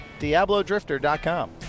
DiabloDrifter.com